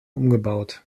umgebaut